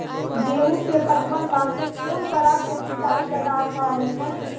गेहूँ के पटवन वास्ते कोंन तरह के सिंचाई ज्यादा अच्छा होय छै?